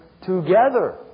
together